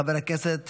חבר הכנסת